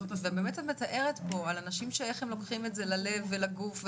ואת מתארת פה איך אנשים לוקחים את זה ללב ולגוף,